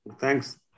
Thanks